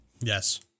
Yes